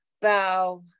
Bow